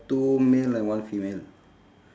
two male and one female